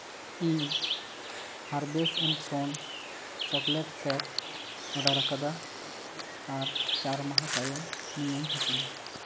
ᱤᱧ ᱦᱟᱨᱵᱷᱮᱥ and sons chocolate shake order ᱠᱟᱫᱟ ᱟᱨ ᱪᱟᱨ ᱢᱟᱦᱟ ᱛᱟᱭᱚᱢ ᱱᱤᱭᱟᱹᱧ ᱦᱟᱹᱴᱤᱧᱟ